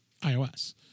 ios